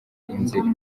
inzira